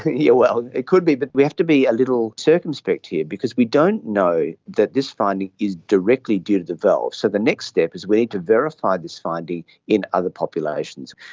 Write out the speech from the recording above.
well, it could be, but we have to be a little circumspect here because we don't know that this finding is directly due to the valve. so the next step is we need to verify this finding in other populations.